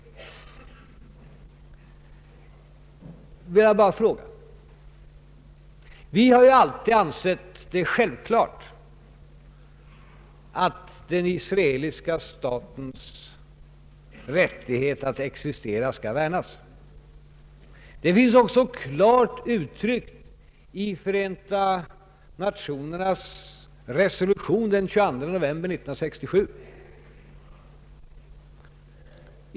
Jag vill bara säga att vi alltid har ansett det självklart att den israeliska statens rätt att existera skall värnas. Det finns också klart uttryckt i Förenta nationernas resolution av den 22 november 1967.